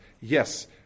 Yes